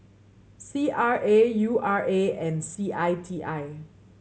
C R A U R A and C I T I